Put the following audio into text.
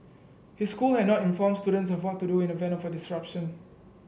his school had not informed students of what to do in event of disruption